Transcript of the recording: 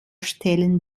stellen